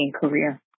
career